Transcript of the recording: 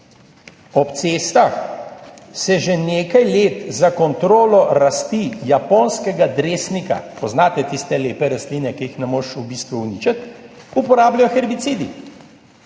Ob cestah se že nekaj let za kontrolo rasti japonskega dresnika, poznate tiste lepe rastline, ki jih v bistvu ne moreš uničiti, uporabljajo herbicidi.